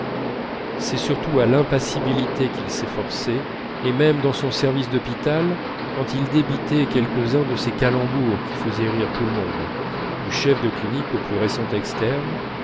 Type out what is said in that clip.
c'est surtout à l'impassibilité qu'il s'efforçait et même dans son service d'hôpital quand il débitait quelques-uns de ces calembours qui faisaient rire tout le monde du chef de clinique au plus récent externe